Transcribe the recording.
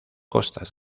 costas